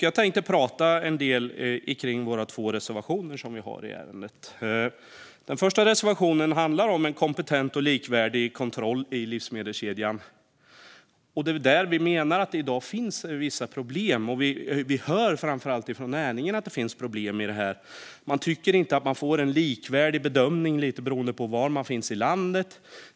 Jag tänkte prata en del om våra två reservationer i ärendet. Den första reservationen handlar om en kompetent och likvärdig kontroll i livsmedelskedjan. Här menar vi att det i dag finns vissa problem. Framför allt hör vi från näringen att det finns problem. Man tycker inte att man får en likvärdig bedömning beroende på var man finns i landet.